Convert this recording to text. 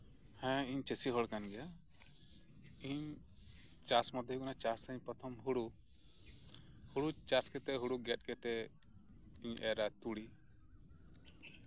ᱦᱮᱸ ᱤᱧ ᱪᱟᱥᱤ ᱦᱚᱲ ᱠᱟᱱ ᱜᱮᱭᱟ ᱤᱧ ᱪᱟᱥ ᱢᱚᱫᱽᱫᱷᱮ ᱦᱳᱭᱳᱜ ᱠᱟᱱᱟ ᱦᱳᱲᱳ ᱪᱟᱥᱟᱹᱧ ᱯᱨᱚᱛᱷᱚᱢ ᱦᱳᱲᱳ ᱦᱳᱲᱳ ᱪᱟᱥ ᱠᱟᱛᱮ ᱦᱳᱲᱩ ᱜᱮᱫ ᱠᱟᱛᱮ ᱤᱧ ᱮᱨᱟ ᱛᱩᱲᱤ